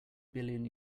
billion